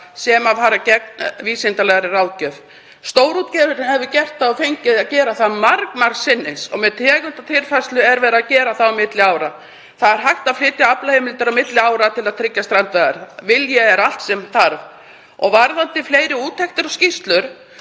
sem að fara gegn vísindalegri ráðgjöf. Stórútgerðir hafa gert það og fengið að gera það margsinnis og með tegundatilfærslu er verið að gera það á milli ára. Það er hægt að flytja aflaheimildir milli ára til að tryggja strandveiðar. Vilji er allt sem þarf. Og varðandi fleiri úttektir og skýrslur